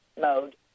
mode